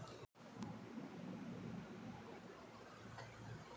Credit card balance చెల్లించకపోతే fine పడ్తుంద?